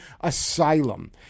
asylum